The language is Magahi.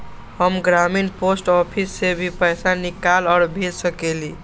हम ग्रामीण पोस्ट ऑफिस से भी पैसा निकाल और भेज सकेली?